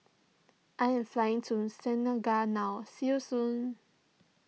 I am flying to Senegal now see you soon